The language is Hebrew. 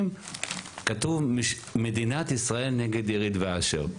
כתוב "מדינת ישראל נגד אירית ואשר".